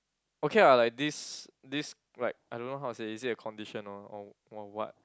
okay ah like this this like I don't know how to say is it a condition or or or what